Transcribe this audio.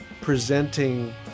presenting